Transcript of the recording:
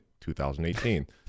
2018